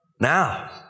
Now